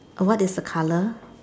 what is the colour